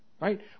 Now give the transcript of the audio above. Right